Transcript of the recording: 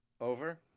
Over